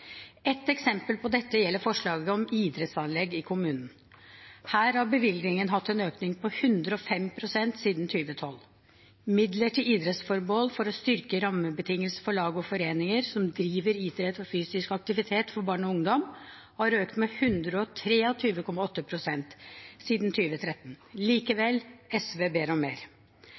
Et eksempel på dette gjelder forslaget om idrettsanlegg i kommunen. Her har bevilgningen hatt en økning på 105 pst. siden 2012. Midler til idrettsformål for å styrke rammebetingelsene for lag og foreninger som driver idrett og fysisk aktivitet for barn og ungdom, har økt med 123,8 pst. siden 2013. Likevel – SV ber om mer.